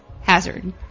Hazard